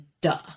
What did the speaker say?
duh